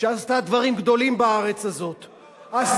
שעשתה דברים גדולים בארץ הזאת, זה היה אצל ברק.